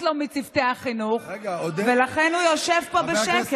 מצוותי החינוך ולכן הוא ישב פה בשקט.